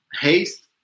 haste